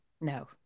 No